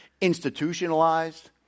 institutionalized